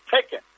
taken